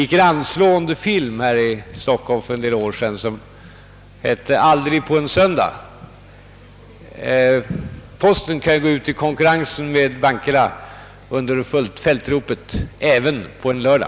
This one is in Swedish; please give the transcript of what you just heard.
För några år sedan spelades det här i Stockholm en anslående film som hette Aldrig på en söndag. Posten kan ju gå ut i konkurrensen med bankerna under fältropet: även på en lördag.